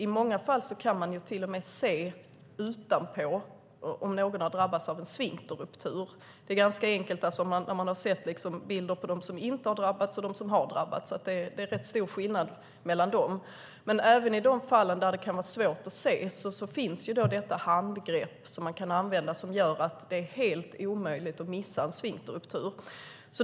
I många fall kan man till och med se utanpå om någon har drabbats av en sfinkterruptur. Det är ganska enkelt att se att det är rätt stor skillnad mellan bilder av dem som inte har drabbats och dem som har drabbats. Men även i de fall där det kan vara svårt att se finns då detta handgrepp att använda som gör att det är helt omöjligt att missa en sfinkterruptur.